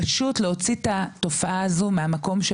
פשוט להוציא את התופעה הזו מהמקום של